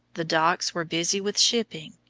the docks were busy with shipping.